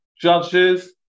judges